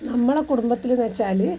നമ്മുടെ കുടുംബത്തിലെന്നു വെച്ചാൽ